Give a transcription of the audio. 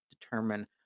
determine